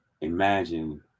Imagine